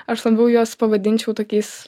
aš labiau juos pavadinčiau tokiais